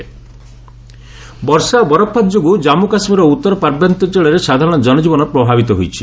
snow ଫଲ ବର୍ଷା ଓ ବରଫପାତ ଯୋଗୁଁ କାଞ୍ଗୁ କାଶ୍ମୀରର ଉତ୍ତର ପାର୍ବତ୍ୟାଞ୍ଚଳରେ ସଧାରଣ ଜନଜୀବନ ପ୍ରଭାବିତ ହୋଇଛି